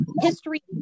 History